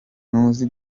ntuzi